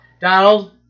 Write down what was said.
Donald